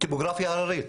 מדובר בטופוגרפיה הררית